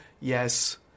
Yes